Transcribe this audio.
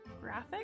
graphic